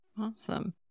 Awesome